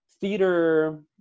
theater